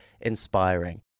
inspiring